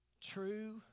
True